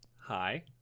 Hi